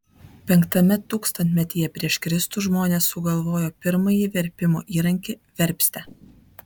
v tūkstantmetyje prieš kristų žmonės sugalvojo pirmąjį verpimo įrankį verpstę